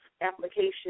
application